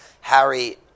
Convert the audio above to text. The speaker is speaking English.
Harry